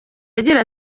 agira